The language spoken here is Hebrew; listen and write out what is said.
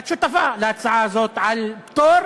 את שותפה להצעה הזאת על פטור